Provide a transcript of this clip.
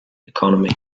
economy